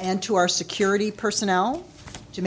and to our security personnel to